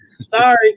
Sorry